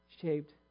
shaped